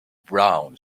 brown